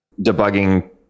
debugging